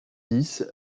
dix